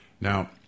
Now